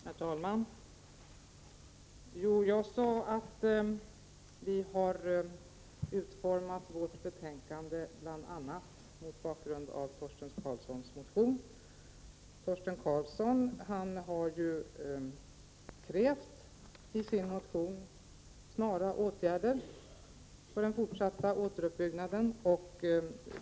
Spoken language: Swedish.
Herr talman! Jag sade att vi har utformat vårt betänkande bl.a. mot bakgrund av Torsten Karlssons motion. Torsten Karlsson har i sin motion krävt snara åtgärder för en fortsatt återuppbyggnad.